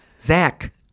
Zach